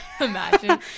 Imagine